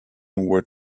were